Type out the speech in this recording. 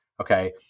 Okay